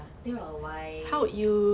they're all white